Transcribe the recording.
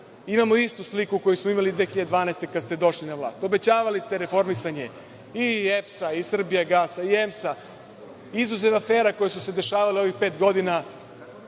imamo istu sliku koju smo imali 2012. godine kada ste došli na vlast. Obećavali ste reformisanje i EPS-a i „Srbijagasa“ i EMS-a. Izuzev afera koje su dešavale u ovih pet godina,